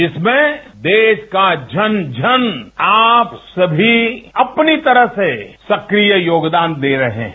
जिसमें देश का जन जन आप सभी अपनी तरह से सक्रिय योगदान दे रहे हैं